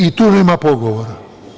I tu nema pogovora.